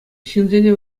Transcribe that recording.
ҫынсене